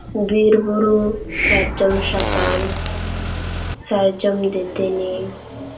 ᱵᱤᱨᱼᱵᱩᱨᱩ ᱥᱟᱨᱡᱚᱢ ᱥᱟᱠᱟᱢ ᱥᱟᱨᱡᱚᱢ ᱫᱟᱹᱛᱟᱹᱱᱤ